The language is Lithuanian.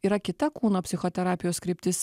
yra kita kūno psichoterapijos kryptis